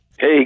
Hey